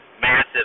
massive